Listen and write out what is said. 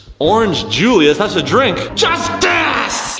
orange julius? that's a drink. justice!